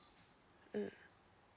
mm